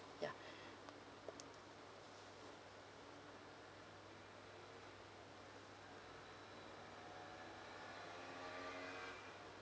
ya